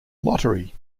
lottery